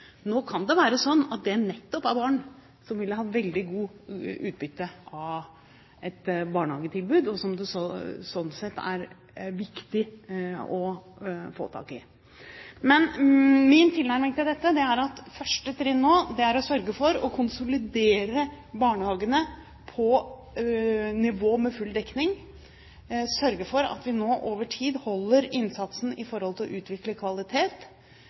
Nå kan det være sånn at det nettopp er barn som ville ha veldig godt utbytte av et barnehagetilbud, og som det sånn sett er viktig å få tak i. Min tilnærming til dette er at første trinn nå er å sørge for å konsolidere barnehagene på nivå med full dekning, sørge for at vi nå over tid holder innsatsen i forhold til å utvikle kvalitet,